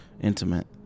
intimate